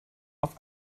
auf